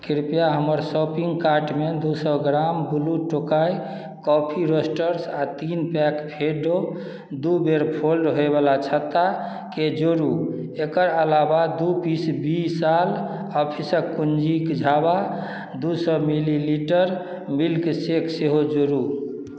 कृपया हमर शॉपिङ्ग कार्टमे दुइ सओ gram Blue Tokai Coffee Roasters आओर तीन पैक फेण्डो दुइ बेर फोल्ड होइवला छत्ताके जोड़ू एकर अलावा दुइ पीस बी विशाल ऑफिसके कुञ्जीके झाबा दुइ सओ मिलीलीटर केविन्स मिल्कशेक सेहो जोड़ू